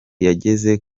yageze